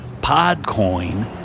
PodCoin